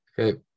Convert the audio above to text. Okay